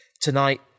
tonight